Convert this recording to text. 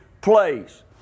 place